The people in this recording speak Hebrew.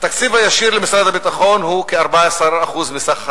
התקציב הישיר למשרד הביטחון הוא כ-14% מסך התקציב.